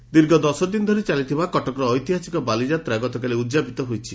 ବାଲିଯାତା ଦୀର୍ଘ ଦଶଦିନ ଧରି ଚାଲିଥିବା କଟକର ଐତିହାସିକ ବାଲିଯାତ୍ରା ଗତକାଲି ଉଦ୍ଯାପିତ ହୋଇଛି